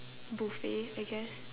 buffet I guess